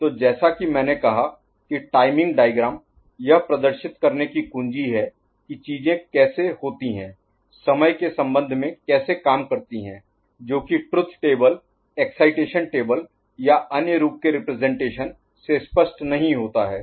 तो जैसा कि मैंने कहा कि टाइमिंग डायग्राम यह प्रदर्शित करने की कुंजी है कि चीजें कैसे होती हैं समय के संबंध में कैसे काम करती हैं जो कि ट्रुथ टेबल एक्साइटेशन टेबल या अन्य रूप के रिप्रजेंटेशन से स्पष्ट नहीं होता है